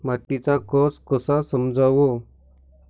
मातीचा कस कसा समजाव?